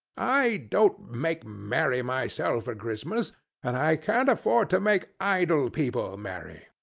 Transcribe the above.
i don't make merry myself at christmas and i can't afford to make idle people merry.